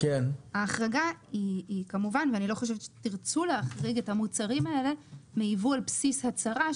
אני לא חושבת שתרצו להחריג את המוצרים האלה מייבוא על בסיס הצהרה,